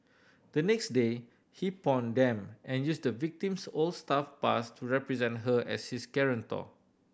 the next day he pawned them and used the victim's old staff pass to represent her as his guarantor